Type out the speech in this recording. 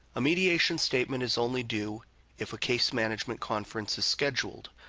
a mediation statement is only due if a case management conference is scheduled,